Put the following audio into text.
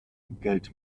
geld